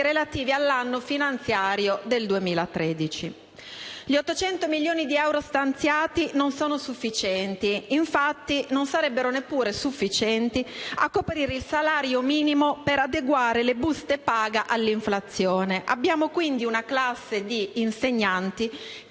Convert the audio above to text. relativi all'anno finanziario 2013. Gli 800 milioni di euro stanziati non sono sufficienti; infatti, non sarebbero neppure sufficienti a coprire il salario minimo per adeguare le buste paga all'inflazione. Abbiamo quindi una classe di insegnanti che